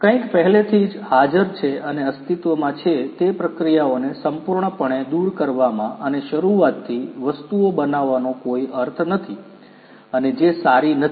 કંઈક પહેલેથી હાજર છે અને અસ્તિત્વમાં છે તે પ્રક્રિયાઓને સંપૂર્ણપણે દૂર કરવામાં અને શરૂઆતથી વસ્તુઓ બનાવવાનો કોઈ અર્થ નથી અને જે સારી નથી